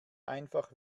einfach